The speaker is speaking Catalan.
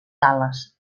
dallas